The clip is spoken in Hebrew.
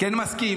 כן מסכים,